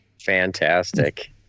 Fantastic